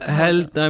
health